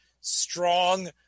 strong